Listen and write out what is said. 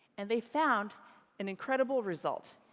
and they found an incredible result.